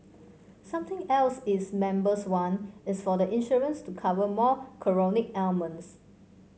something else its members want is for the insurance to cover more chronic ailments